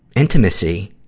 intimacy,